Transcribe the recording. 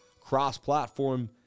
Cross-platform